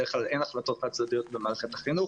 בדרך כלל, אין החלטות חד-צדדיות במערכת החינוך,